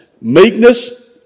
meekness